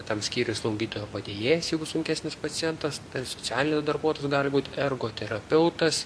tam skyriuj slaugytojo padėjėjas jeigu sunkesnis pacientas ten socialinis darbuotojas gali būt ergoterapeutas